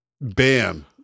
bam